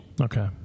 Okay